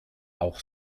auch